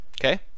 Okay